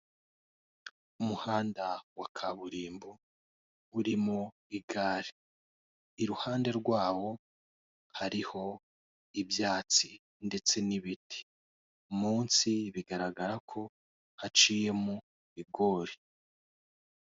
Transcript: Umuhanda wa kaburimbo urimo igare, iruhande rwawo hariho ibyatsi ndetse n'ibiti, munsi bigaragara ko haciyemo riguri.